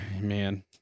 Man